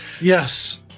Yes